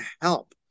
help